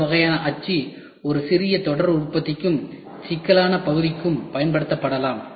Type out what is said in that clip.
இந்த வகையான அச்சு ஒரு சிறிய தொடர் உற்பத்திக்கும் சிக்கலான பகுதிகளுக்கும் பயன்படுத்தப்படலாம்